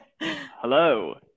Hello